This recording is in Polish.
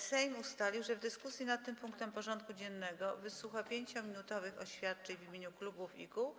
Sejm ustalił, że w dyskusji nad punktem porządku dziennego wysłucha 5-minutowych oświadczeń w imieniu klubów i kół.